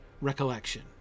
Recollection